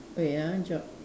wait ah job